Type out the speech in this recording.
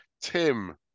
Tim